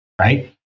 right